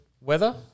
weather